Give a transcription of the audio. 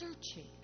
searching